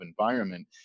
environment